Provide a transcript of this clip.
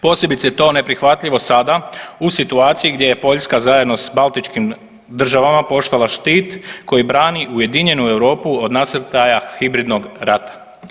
Posebice je to neprihvatljivo sada u situaciji gdje je Poljska zajedno s Baltičkim državama postala štit koji brani ujedinjenu Europu od nasrtaja hibridnog rata.